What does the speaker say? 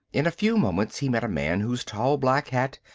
in a few moments he met a man whose tall black hat,